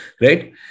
right